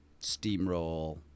steamroll